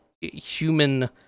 human